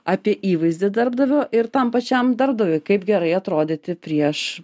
apie įvaizdį darbdavio ir tam pačiam darbdaviui kaip gerai atrodyti prieš